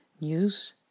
news